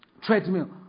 treadmill